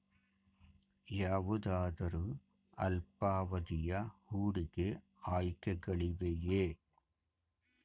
ಯಾವುದಾದರು ಅಲ್ಪಾವಧಿಯ ಹೂಡಿಕೆ ಆಯ್ಕೆಗಳಿವೆಯೇ?